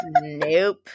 Nope